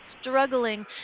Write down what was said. struggling